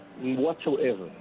whatsoever